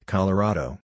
Colorado